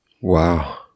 Wow